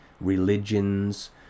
religions